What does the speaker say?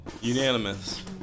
Unanimous